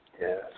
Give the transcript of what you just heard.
Yes